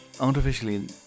Artificially